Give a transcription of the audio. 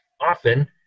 often